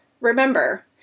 Remember